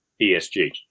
ESG